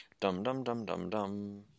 Dum-dum-dum-dum-dum